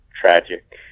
tragic